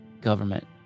government